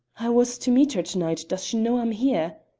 i was to meet her to-night does she know i'm here?